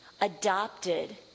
Adopted